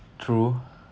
true